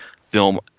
film